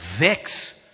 vex